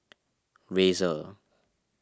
Razer